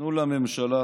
תנו לממשלה